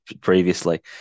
previously